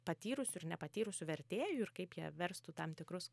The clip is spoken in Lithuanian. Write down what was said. patyrusių ir nepatyrusių vertėjų ir kaip jie verstų tam tikrus